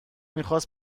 میخواد